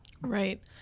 Right